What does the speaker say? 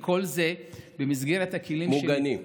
מוגנים.